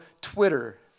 Twitter